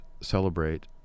celebrate